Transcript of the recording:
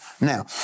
Now